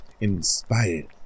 inspired